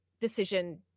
decision